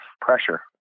pressure